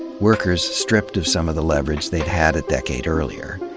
workers stripped of some of the leverage they'd had a decade earlier.